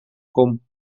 com